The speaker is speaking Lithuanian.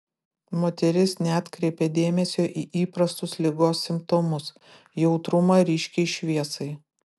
moteris neatkreipė dėmesio į įprastus ligos simptomus jautrumą ryškiai šviesai